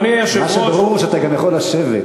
מה שברור הוא שאתה גם יכול לשבת.